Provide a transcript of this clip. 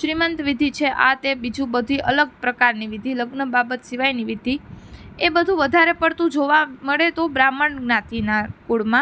શ્રીમંત વિધિ છે આ તે બીજુ બધી અલગ પ્રકારની વિધિ લગ્ન બાબતે સિવાયની વિધિ એ બધું વધારે પડતું જોવા મળે તો બ્રાહ્મણ જ્ઞાતિના કુળમાં